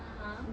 (uh huh)